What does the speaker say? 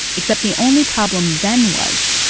except the only problem then was.